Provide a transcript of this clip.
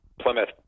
Plymouth